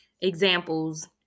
examples